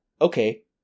okay